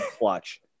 watch